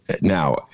now